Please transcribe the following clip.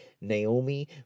Naomi